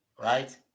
right